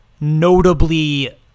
notably